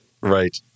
Right